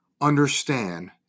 understand